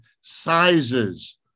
sizes